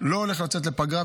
אני לא הולך לצאת לפגרה,